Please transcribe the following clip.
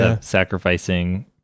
sacrificing